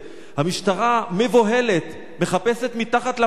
המשטרה מבוהלת, מחפשת מתחת לפנס.